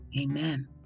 Amen